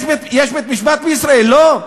יש בית-משפט בישראל, לא?